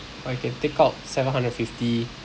oh you can take out seven hundred fifty